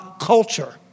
culture